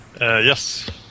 Yes